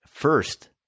First